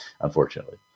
unfortunately